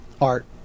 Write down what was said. art